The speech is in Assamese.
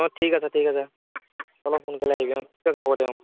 অঁ ঠিক আছে ঠিক আছে অলপ সোনকালে আহিবি অঁ ঠিক আছে হ'ব দে অঁ